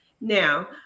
Now